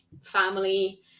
family